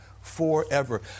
forever